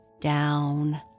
down